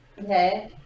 Okay